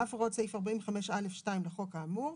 על אף הוראות סעיף 45/א'/2 לחוק האמור.